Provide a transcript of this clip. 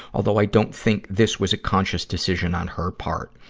although i don't think this was a conscious decision on her part.